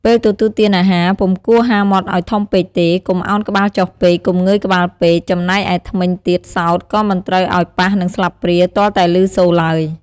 ពេលទទួលទានអាហារ ពុំគួរហាមាត់ឲ្យធំពេកទេ កុំឱនក្បាលចុះពេក កុំងើយក្បាលពេក ចំណែកឯធ្មេញទៀតសោតក៏មិនត្រូវឲ្យប៉ះនឹងស្លាបព្រាទាល់តែឮសូរឡើយ។